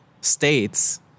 states